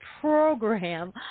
program